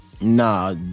nah